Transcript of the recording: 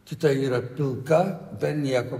kita yra pilka be nieko